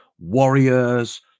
warriors